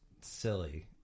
silly